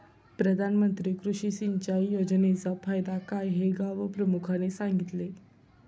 प्रधानमंत्री कृषी सिंचाई योजनेचा फायदा काय हे गावप्रमुखाने सांगितले